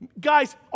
Guys